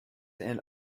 and